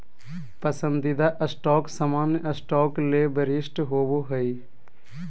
पसंदीदा स्टॉक सामान्य स्टॉक ले वरिष्ठ होबो हइ